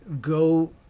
go